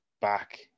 back